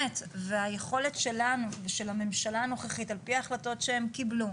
היכולת שלנו ושל הממשלה הנוכחית על פי ההחלטות שהם קיבלו